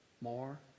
more